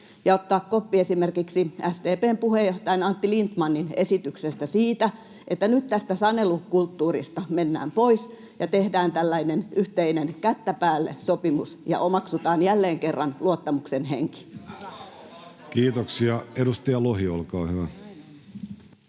ja ottaa koppi esimerkiksi SDP:n puheenjohtajan Antti Lindtmanin esityksestä siitä, että nyt tästä sanelukulttuurista mennään pois ja tehdään tällainen yhteinen kättä päälle sopimus ja omaksutaan jälleen kerran luottamuksen henki? [Jenna Simula: Nimenomaan